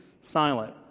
silent